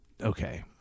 okay